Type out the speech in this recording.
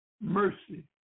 mercy